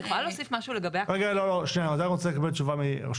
אני עדיין רוצה לקבל תשובה מרשות